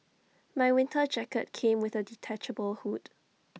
my winter jacket came with A detachable hood